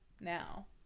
Now